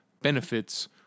benefits